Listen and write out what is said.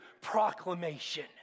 proclamation